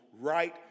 right